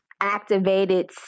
activated